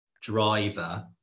driver